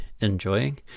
enjoying